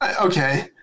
Okay